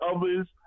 others